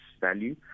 value